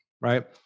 right